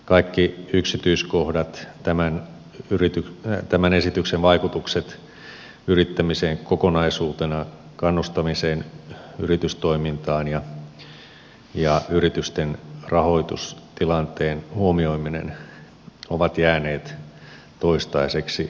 kaikki yksityiskohdat tämän esityksen vaikutukset yrittämiseen kokonaisuutena kannustamiseen yritystoimintaan ja yritysten rahoitustilanteen huomioiminen ovat jääneet toistaiseksi keskustelematta